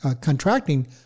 contracting